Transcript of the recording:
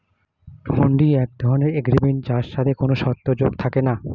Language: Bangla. হুন্ডি এক ধরণের এগ্রিমেন্ট যার সাথে কোনো শর্ত যোগ থাকে না